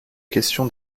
question